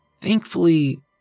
Thankfully